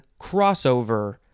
crossover